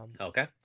Okay